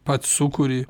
pats sukuri